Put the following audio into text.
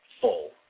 full